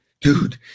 dude